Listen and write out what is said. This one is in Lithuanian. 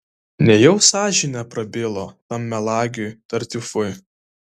nejau sąžinė prabilo tam melagiui tartiufui